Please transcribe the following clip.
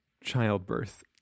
childbirth